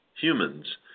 humans